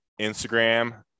Instagram